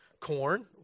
corn